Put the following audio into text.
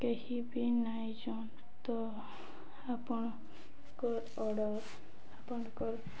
କେହିବି ନାଇଁଛନ୍ ତ ଆପଣଙ୍କ ଅର୍ଡ଼ର ଆପଣଙ୍କ